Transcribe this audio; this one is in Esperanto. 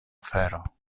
afero